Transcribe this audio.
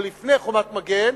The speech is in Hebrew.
או לפני "חומת מגן",